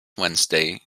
wednesday